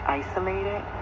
isolated